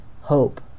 hope